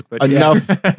enough